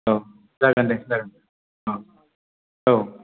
औ जागोन दे जागोन औ औ